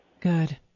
Good